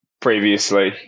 previously